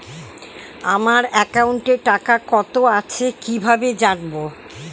আমার একাউন্টে টাকা কত আছে কি ভাবে জানবো?